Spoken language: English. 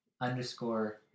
underscore